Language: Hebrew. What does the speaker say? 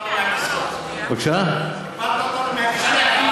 הפלת אותנו מהכיסא.